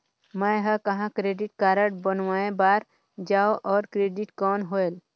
मैं ह कहाँ क्रेडिट कारड बनवाय बार जाओ? और क्रेडिट कौन होएल??